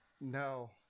No